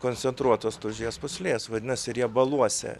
koncentruotos tulžies pūslės vadinasi riebaluose